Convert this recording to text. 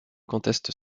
conteste